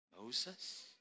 Moses